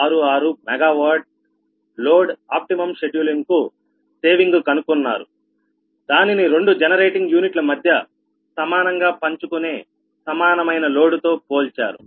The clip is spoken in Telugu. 66 MW లోడ్ ఆప్టిమమ్ షెడ్యూలింగ్ కు సేవింగ్ కనుక్కున్నారు దానిని రెండు జనరేటింగ్ యూనిట్ల మధ్య సమానంగా పంచుకునే సమానమైన లోడుతో పోల్చారు